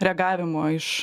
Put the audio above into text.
reagavimo iš